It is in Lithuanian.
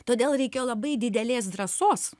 todėl reikėjo labai didelės drąsos